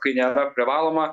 kai nėra privaloma